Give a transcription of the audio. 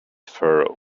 furrow